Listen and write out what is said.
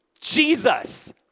Jesus